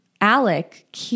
Alec